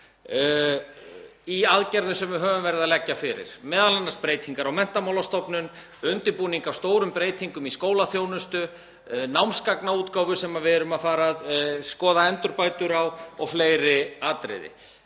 í aðgerðum sem við höfum verið að leggja fyrir sem eru m.a. breytingar á Menntamálastofnun, undirbúningur á stórum breytingum í skólaþjónustu, námsgagnaútgáfa sem við erum að fara að skoða endurbætur á og fleiri atriði.